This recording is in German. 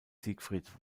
siegfried